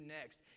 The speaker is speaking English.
next